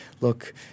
look